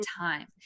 time